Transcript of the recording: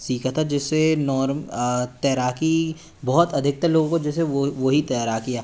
सीखा था जैसे तैराकी बहुत अधिकतर लोगों को जैसे वो वो ही तैराकी